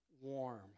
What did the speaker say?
warm